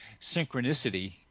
synchronicity